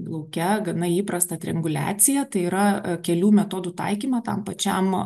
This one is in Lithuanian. lauke gana įprastą trianguliaciją tai yra kelių metodų taikymą tam pačiam